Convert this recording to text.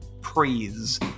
praise